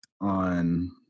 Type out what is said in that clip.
on